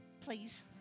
Please